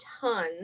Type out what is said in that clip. ton